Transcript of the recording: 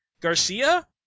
Garcia